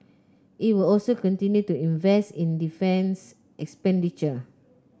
it will also continue to invest in defence expenditure